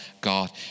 God